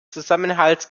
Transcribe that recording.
zusammenhalts